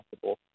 possible